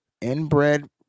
inbred